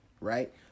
right